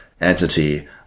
entity